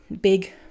big